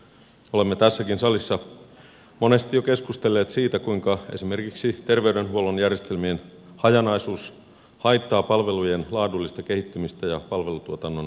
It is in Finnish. olemme tässäkin salissa monesti jo keskustelleet siitä kuinka esimerkiksi terveydenhuollon järjestelmien hajanaisuus haittaa palvelujen laadullista kehittymistä ja palvelutuotannon tehostumista